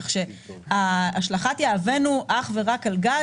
כך שהשלכת יהבנו אך ורק על גז,